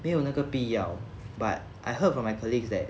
没有那个必要 but I heard from my colleagues that